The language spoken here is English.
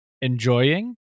enjoying